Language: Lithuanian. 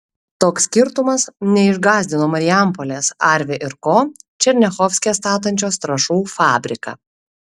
toks skirtumas neišgąsdino marijampolės arvi ir ko černiachovske statančios trąšų fabriką